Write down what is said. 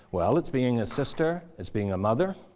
well, it's being a sister. it's being a mother.